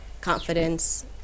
confidence